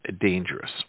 Dangerous